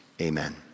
Amen